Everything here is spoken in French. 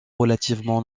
relativement